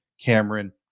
Cameron